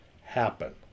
happen